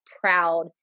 proud